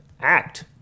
act